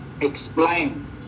explain